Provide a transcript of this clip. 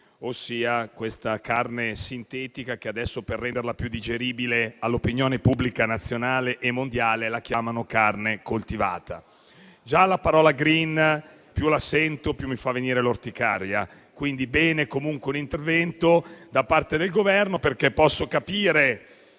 ossia questa carne sintetica, che adesso, per renderla più digeribile all'opinione pubblica nazionale e mondiale, chiamano "carne coltivata". Già la parola "*green*" più la sento e più mi fa venire l'orticaria, quindi va bene un intervento da parte del Governo, perché posso capire